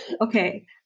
Okay